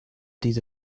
diese